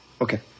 Okay